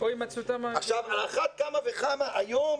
על אחת כמה וכמה היום,